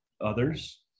others